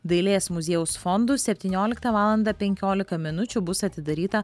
dailės muziejaus fondų septynioliktą valandą penkiolika minučių bus atidaryta